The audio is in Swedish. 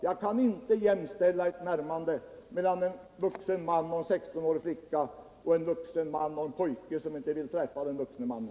Jag kan inte jämställa ett närmande mellan en vuxen man och en 16-årig flicka med ett närmande